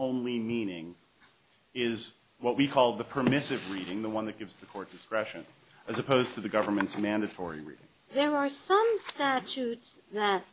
only meaning is what we call the permissive reading the one that gives the court discretion as opposed to the government's mandatory there are some statute